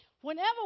whenever